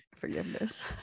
forgiveness